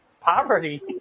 Poverty